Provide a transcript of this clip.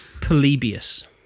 Polybius